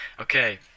Okay